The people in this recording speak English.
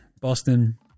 Boston